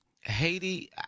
Haiti